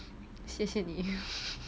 谢谢你